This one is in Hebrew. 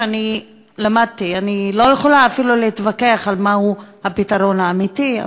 אני למדתי שאני לא יכולה אפילו להתווכח מהו הפתרון האמיתי,